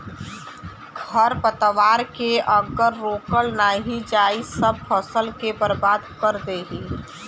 खरपतवार के अगर रोकल नाही जाई सब फसल के बर्बाद कर देई